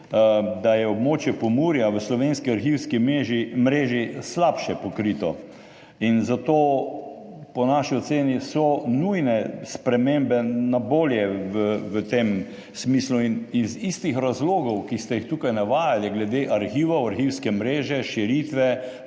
da je območje Pomurja v slovenski arhivski mreži slabše pokrito in zato so po naši oceni nujne spremembe na bolje v tem smislu. Iz istih razlogov, ki ste jih tukaj navajali glede arhivov, arhivske mreže, širitve,